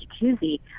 jacuzzi